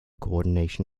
coordination